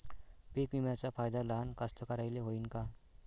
पीक विम्याचा फायदा लहान कास्तकाराइले होईन का?